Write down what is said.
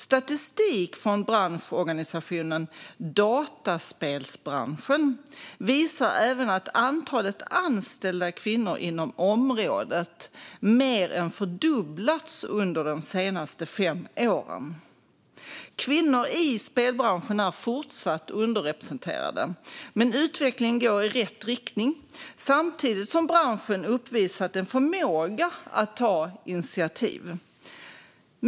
Statistik från branschorganisationen Dataspelsbranschen visar även att antalet anställda kvinnor inom området mer än fördubblats under de senaste fem åren. Kvinnor är fortsatt underrepresenterade i spelbranschen, men utvecklingen går i rätt riktning samtidigt som branschen uppvisat en förmåga att ta initiativ.